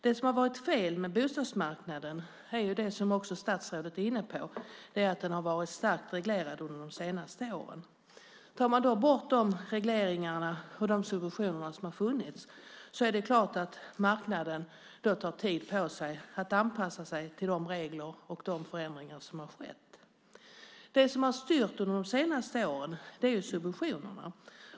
Det som har varit fel med bostadsmarknaden är, som också statsrådet är inne på, att den har varit starkt reglerad under de senaste åren. Tar man då bort de regleringar och subventioner som har funnits är det klart att marknaden tar tid på sig att anpassa sig till de regler som har införts och de förändringar som har skett. Det som har styrt under de senaste åren är subventionerna.